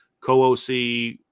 co-oc